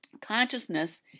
consciousness